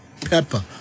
pepper